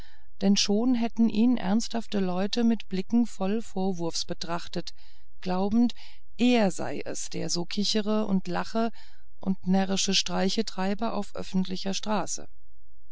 denn schon hätten ihn ernsthafte leute mit blicken voll vorwurfs betrachtet glaubend er sei es der so kichere und lache und närrische streiche treibe auf öffentlicher straße